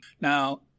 Now